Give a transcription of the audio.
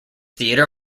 theatre